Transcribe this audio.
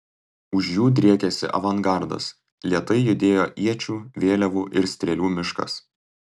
už jų driekėsi avangardas lėtai judėjo iečių vėliavų ir strėlių miškas